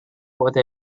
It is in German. wurde